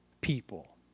people